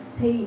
Thì